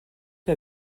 que